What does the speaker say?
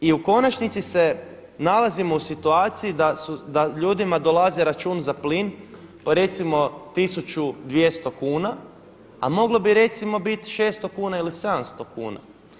I u konačnici se nalazimo u situaciji da ljudima dolazi račun za plin po recimo 1.200 kuna, a moglo bi recimo biti 600 kuna ili 700 kuna.